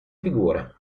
figure